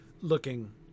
looking